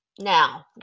Now